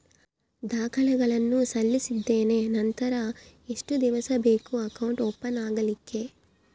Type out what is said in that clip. ದಾಖಲೆಗಳನ್ನು ಸಲ್ಲಿಸಿದ್ದೇನೆ ನಂತರ ಎಷ್ಟು ದಿವಸ ಬೇಕು ಅಕೌಂಟ್ ಓಪನ್ ಆಗಲಿಕ್ಕೆ?